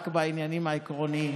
רק בעניינים העקרוניים.